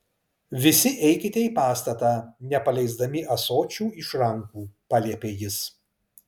visi eikite į pastatą nepaleisdami ąsočių iš rankų paliepė jis